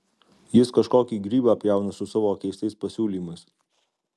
jis kažkokį grybą pjauna su savo keistais pasiūlymais